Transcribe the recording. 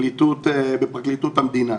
בפרקליטות המדינה,